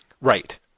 Right